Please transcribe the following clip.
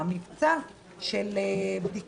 המנגנון שהיה בכנסת האחרונה, שגם היה מנגנון